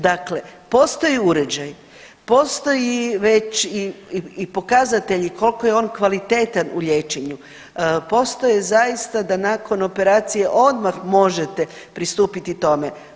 Dakle, postoji uređaj, postoji već i pokazatelji koliko je on kvalitetan u liječenju, postoje zaista da nakon operacije odmah možete pristupiti tome.